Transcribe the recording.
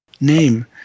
name